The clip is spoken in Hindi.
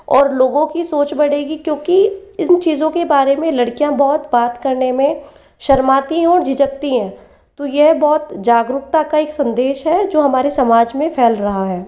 और लोगों की सोच बढ़ेगी क्योंकि इन चीज़ों के बारे में लड़कियाँ बहुत बात करने में शर्माती हैं और झिझकती हैं तो यह बहुत जागरूकता का ही संदेश है जो हमारे समाज में फैल रहा है